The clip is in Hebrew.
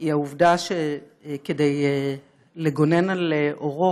היא העובדה שכדי לגונן על עורו